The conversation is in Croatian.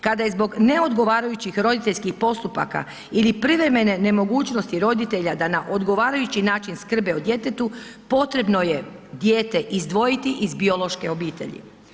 Kada je zbog neodgovarajućih roditeljskih postupaka ili privremene nemogućnosti roditelje da na odgovarajući način skrbe o djetetu, potrebno je dijete izdvojiti iz biološke obitelji.